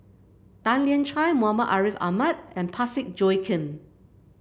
Tan Lian Chye Muhammad Ariff Ahmad and Parsick Joaquim